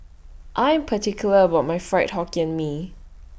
I Am particular about My Fried Hokkien Mee